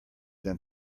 than